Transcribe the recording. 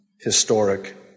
historic